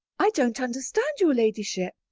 i don't understand your ladyship.